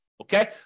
Okay